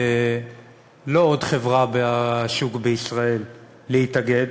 לא עוד חברה בשוק בישראל, להתאגד.